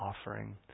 offering